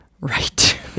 Right